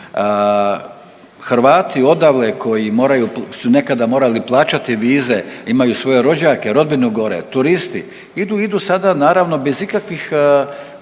Hrvati odaleko i moraju, su nekada morali plaćati vize, imaju svoje rođake, rodbinu gore, turisti, idu, idu sada naravno bez ikakvih